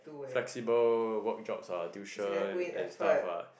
flexible work jobs what tuition and stuff what